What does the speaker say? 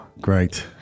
Great